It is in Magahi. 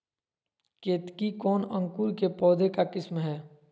केतकी कौन अंकुर के पौधे का किस्म है?